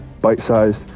bite-sized